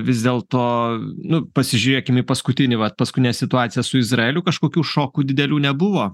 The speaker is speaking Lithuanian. vis dėlto nu pasižiūrėkim į paskutinį vat paskutinė situacija su izraeliu kažkokių šokų didelių nebuvo